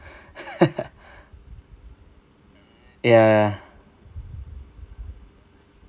ya